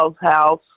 house